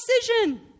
decision